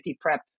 prep